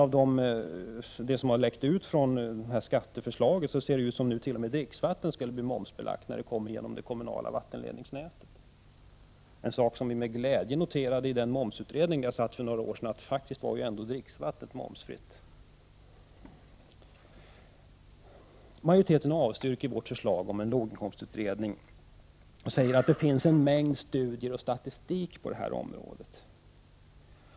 Men av det som har läckt ut om skatteförslaget ser det nu ut som om t.o.m. dricksvatten som levereras via kommunens vattennät skulle bli momsbelagt. I den momsutred ning där jag satt för några år sedan noterade jag med glädje att dricksvattnet faktiskt ändå var momsfritt. Majoriteten avstyrker vårt förslag om en låginkomstutredning med hänvisning till att det finns en mängd studier och statistik på området.